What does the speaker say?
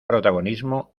protagonismo